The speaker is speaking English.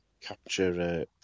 capture